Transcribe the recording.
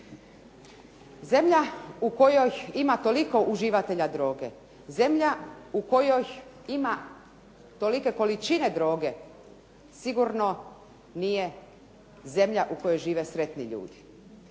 Zemlja u kojoj ima toliko uživatelja droge, zemlja u kojoj ima tolike količine droge sigurno nije zemlja u kojoj žive sretni ljudi.